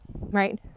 right